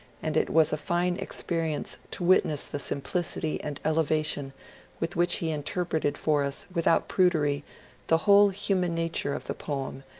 and it was a fine experience to witness the simplicity and elevation with which he interpreted for us without prudery the whole human nature of the poem,